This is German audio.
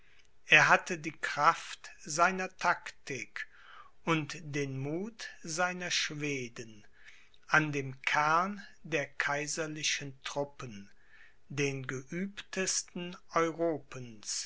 er hatte die kraft seiner taktik und den muth seiner schweden an dem kern der kaiserlichen truppen den geübtesten europens